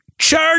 Church